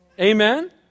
Amen